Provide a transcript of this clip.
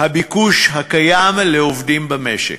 הביקוש הקיים לעובדים במשק.